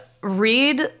read